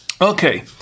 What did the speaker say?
Okay